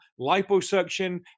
liposuction